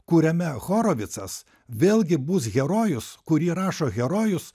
kuriame horovicas vėlgi bus herojus kurį rašo herojus